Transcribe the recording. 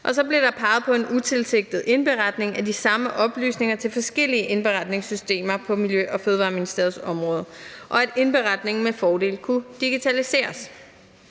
Så blev der også peget på en utilsigtet indberetning af de samme oplysninger til forskellige indberetningssystemer på Miljø- og Fødevareministeriets område, og at indberetningen med fordel kunne digitaliseres.